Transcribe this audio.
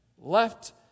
left